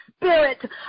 Spirit